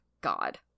god